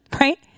right